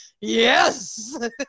Yes